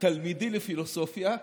תלמידי לפילוסופיה.